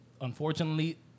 unfortunately